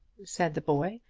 said the boy,